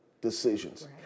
decisions